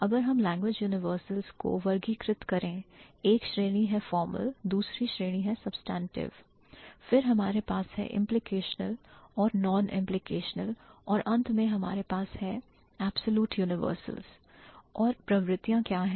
अगर हम language universals को वर्गीकृत करें एक श्रेणी है formal दूसरी श्रेणी है substantive फिर हमारे पास है implicational और non implicational और अंत में हमारे पास है absolute universals और प्रवृत्तियों के आए हैं